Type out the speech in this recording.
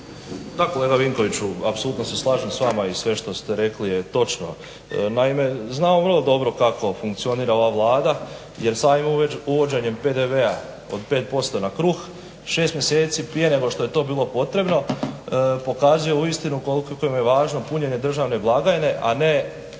kolega Vinkoviću. Apsolutno se slažem s vama i sve što ste rekli je točno. Naime, znamo vrlo dobro kako funkcionira ova Vlada jer samim uvođenjem PDV-a od 5% na kruh šest mjeseci prije nego što je to bilo potrebno pokazuje uistinu koliko im je važno punjenje državne blagajne, a ne